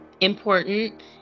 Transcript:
important